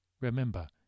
Remember